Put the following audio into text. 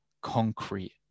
concrete